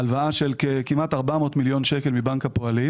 הלוואה של כמעט כ-400 מיליון שקל מבנק הפועלים